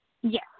Yes